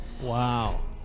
Wow